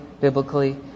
biblically